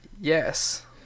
yes